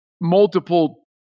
multiple